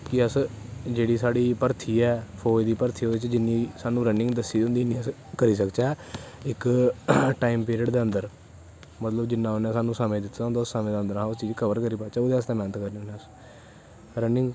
कि अस जेह्ड़ी साढ़ी भर्थी ऐ फौज दी भर्थियै च जिन्नी रनिंग साह्नू दस्सी दी होंदी इन्नी अस करी सकचै इक टाईम पिर्ड़ दै अन्दर मतलव जिन्ना उनैं साह्नू समां दित्ते दा होंदा उस समें दे अन्दर अस कवर करी पाच्चै ते ओह्दै आस्तै मैह्नत करनें होनें अस रनिंग